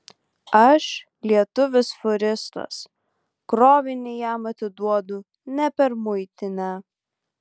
aš lietuvis fūristas krovinį jam atiduodu ne per muitinę